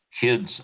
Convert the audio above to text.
kids